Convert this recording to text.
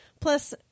Plus